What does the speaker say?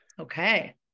okay